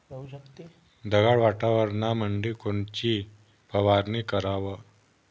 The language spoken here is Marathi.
ढगाळ वातावरणामंदी कोनची फवारनी कराव?